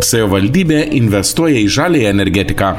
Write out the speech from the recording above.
savivaldybė investuoja į žaliąją energetiką